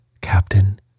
captain